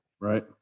Right